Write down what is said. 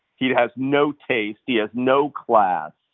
he has no taste, he has no class,